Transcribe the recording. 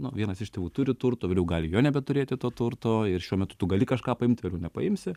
nu vienas iš tėvų turi turto vėliau gali jo nebeturėti to turto ir šiuo metu tu gali kažką paimt vėliau nepaimsi